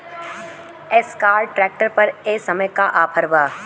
Escort tractor पर ए समय का ऑफ़र बा?